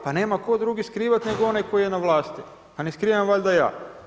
Pa nema tko drugi skrivati nego onaj koji je na vlasti, pa ne skrivam valjda ja?